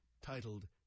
titled